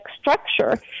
structure